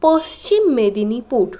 Paschim Medinipur